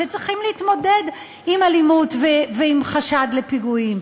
שצריכים להתמודד עם אלימות ועם חשד לפיגועים.